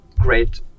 great